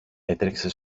έτρεξε